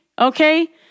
okay